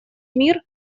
мир